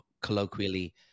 colloquially